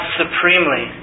supremely